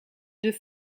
deux